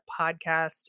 Podcast